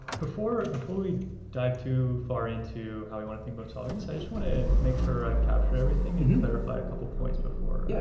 before ah we dive too far, into how we wanna think about solving this. i just wanna and make sure i've captured everything and clarify a couple points before. yeah,